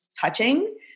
touching